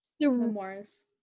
Memories